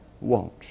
want